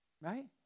Right